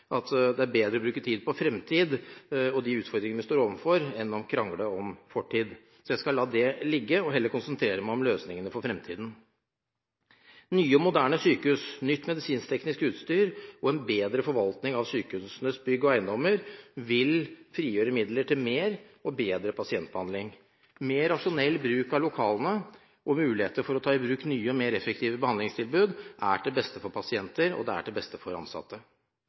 tror at det bedre å bruke tid på fremtid og de utfordringer vi står overfor, enn å krangle om fortid. Så jeg skal la det ligge og heller konsentrere meg om løsningene for fremtiden. Nye og moderne sykehus, nytt medisinskteknisk utstyr og en bedre forvaltning av sykehusenes bygg og eiendommer vil frigjøre midler til mer og bedre pasientbehandling. Mer rasjonell bruk av lokaler og mulighet for å ta i bruk nye og mer effektive behandlingstilbud er til beste for pasienter og ansatte.